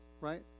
Right